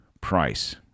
price